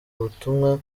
ubutumwa